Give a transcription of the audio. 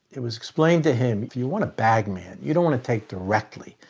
it was explained to him you want a bag man, you don't want to take directly,